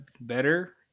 better